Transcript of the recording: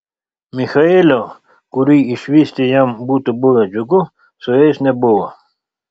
michaelio kurį išvysti jam būtų buvę džiugu su jais nebuvo